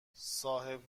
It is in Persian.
صاحب